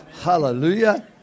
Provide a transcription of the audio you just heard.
hallelujah